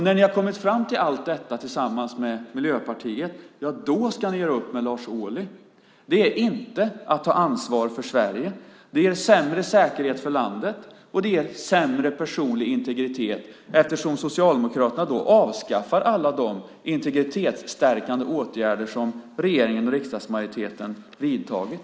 När ni har kommit fram till allt detta med Miljöpartiet ska ni göra upp med Lars Ohly. Det är inte att ta ansvar för Sverige. Det ger sämre säkerhet för landet, och det ger sämre personlig integritet eftersom Socialdemokraterna då avskaffar alla de integritetsstärkande åtgärder som regeringen och riksdagsmajoriteten vidtagit.